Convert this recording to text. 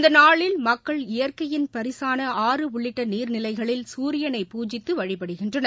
இந்த நாளில் மக்கள் இயற்கையின் பரிசான ஆறு உள்ளிட்ட நீா்நிலைகளில் சூரியனை பூஜித்து வழிபடுகின்றனர்